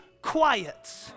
quiet